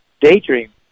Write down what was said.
daydream